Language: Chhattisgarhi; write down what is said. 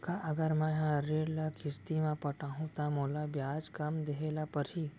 का अगर मैं हा ऋण ल किस्ती म पटाहूँ त मोला ब्याज कम देहे ल परही?